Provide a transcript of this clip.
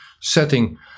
setting